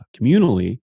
communally